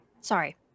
Sorry